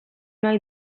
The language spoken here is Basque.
nahi